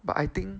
but I think